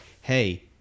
Hey